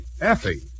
Effie